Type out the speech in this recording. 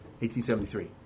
1873